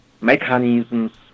mechanisms